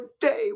day